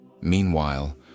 meanwhile